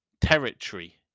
Territory